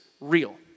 real